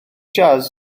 jazz